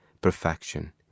Perfection